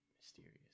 Mysterious